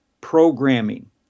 programming